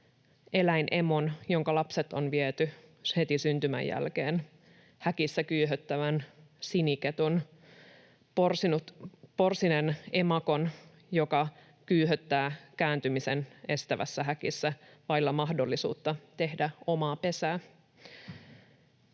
eläinemon, jonka lapset on viety heti syntymän jälkeen, häkissä kyyhöttävän siniketun, porsineen emakon, joka kyyhöttää kääntymisen estävässä häkissä vailla mahdollisuutta tehdä omaa pesää.